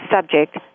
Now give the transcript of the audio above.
subject